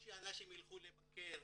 בקושי אנשים ילכו לבקר.